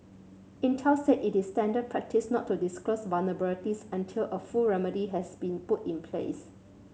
Intel said it is standard practice not to disclose vulnerabilities until a full remedy has been put in place